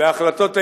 בהחלטות אלה.